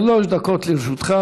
שלוש דקות לרשותך,